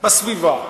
בסביבה.